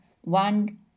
one